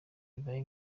bibaye